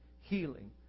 healing